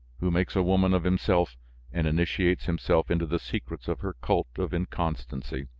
who makes a woman of himself and initiates himself into the secrets of her cult of inconstancy!